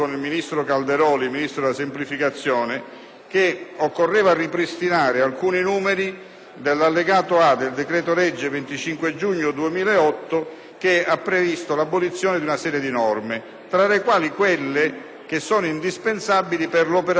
che occorreva ripristinare alcuni numeri dell'allegato A del decreto-legge 25 giugno 2008, n. 112, che ha previsto l'abolizione di una serie di norme, tra le quali quelle indispensabili per l'operatività dei Comuni, su fondi già assegnati.